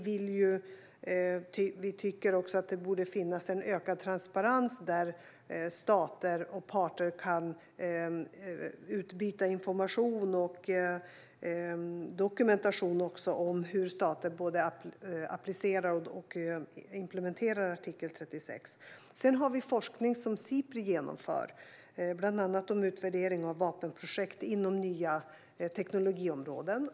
Vi tycker att det borde finnas en ökad transparens, där stater och parter kan utbyta information och dokumentation om hur stater applicerar och implementerar artikel 36. Sedan finns det forskning som Sipri genomför, bland annat om utvärdering av vapenprojekt inom nya teknologiområden.